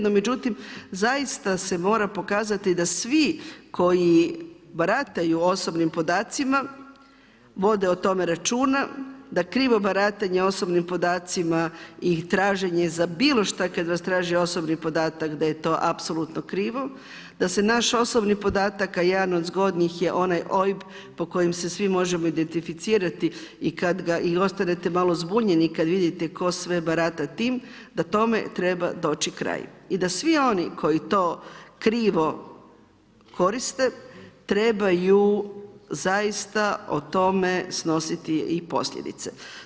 No međutim, zaista se mora pokazati da svi koji barataju osobnim podacima vode o tome računa, da krivo baratanje osobnim podacima i traženje za bilo šta kada vas traže osobni podatak da je to apsolutno krivo, da se naš osobnih podataka, a jedan od zgodnih je onaj OIB po kojem se svi možemo identificirati i ostanete malo zbunjeni kada vidite tko sve barata tim, da tome treba doći kraj i da svi oni koji to krivo koriste trebaju zaista o tome snositi i posljedice.